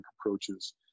approaches